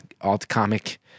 alt-comic